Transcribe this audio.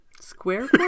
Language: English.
square